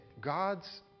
God's